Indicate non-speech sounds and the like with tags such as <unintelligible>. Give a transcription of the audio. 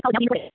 <unintelligible>